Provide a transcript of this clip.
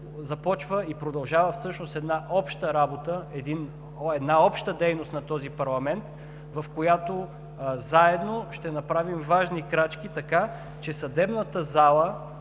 започва и продължава всъщност една обща работа, обща дейност на този парламент, в която заедно ще направим важни крачки, така че съдебната зала